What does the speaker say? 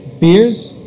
Beers